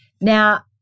Now